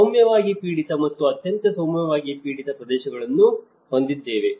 ಸೌಮ್ಯವಾಗಿ ಪೀಡಿತ ಮತ್ತು ಅತ್ಯಂತ ಸೌಮ್ಯವಾಗಿ ಪೀಡಿತ ಪ್ರದೇಶಗಳನ್ನು ಹೊಂದಿದ್ದೇವೆ